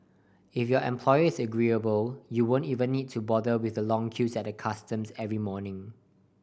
if your employer is agreeable you won't even need to bother with the long queues at the customs every morning